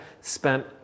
spent